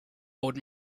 would